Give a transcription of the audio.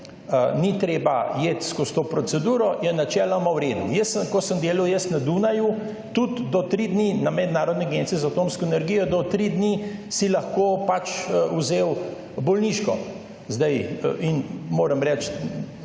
ni treba iti skozi to proceduro, je načeloma v redu. Jaz sem, ko sem delal jaz na Dunaju, tudi do tri dni na mednarodni agenciji za atomsko energijo, do tri dni si lahko vzel bolniško in moram reči